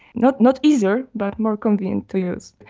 not not easier, but more convenient to use.